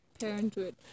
Parenthood